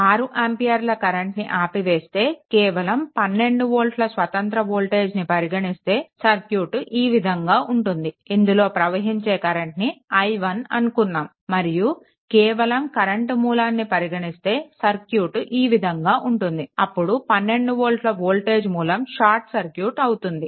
6 ఆంపియర్ల కరెంట్ని ఆపివేస్తే కేవలం 12 వోల్ట స్వతంత్ర వోల్టేజ్ని పరిగణిస్తే సర్క్యూట్ ఈ విధంగా ఉంటుంది ఇందులో ప్రవహించే కరెంట్ని i1 అనుకున్నాము మరియు కేవలం కరెంట్ మూలాన్ని పరిగణిస్తే సర్క్యూట్ ఈ విధంగా ఉంటుంది అప్పుడు 12 వోల్ట వోల్టేజ్ మూలం షార్ట్ సర్క్యూట్ అవుతుంది